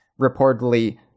reportedly